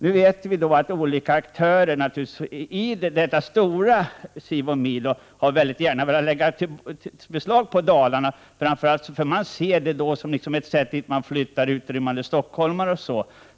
Nu vet vi att olika aktörer i detta stora militäroch civilområde mycket gärna har velat lägga beslag på Dalarna, eftersom man ser Dalarna som ett område dit man flyttar utrymmande stockholmare.